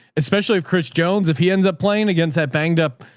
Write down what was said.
especially if chris jones, if he ends up playing against that banged up